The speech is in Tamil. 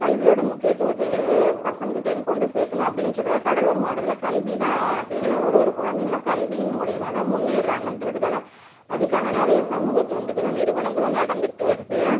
கல்வியோட முக்கியத்துவத்தை இது பசங்கள்கிட்டயும் கொண்டு சேர்க்கணும் அப்படின்றதுக்காக கடலூர் மாவட்டத்தில் கல்விதான் அப்படின்னு ஒரு ஒரு குழந்தைங்களும் கல்வியின் மூலயமாதான் முன்னேறுறாங்க என்றதுக்காக அதுக்கான நிறைய சமூகத் தொண்டுகளும் நிறுவனங்களும் நடந்துக்கிட்டு வருது